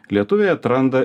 lietuviai atranda